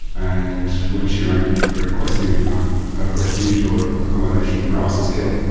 and when she rang requesting a refuge or accommodation in crisis care,